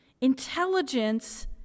Intelligence